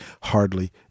hardly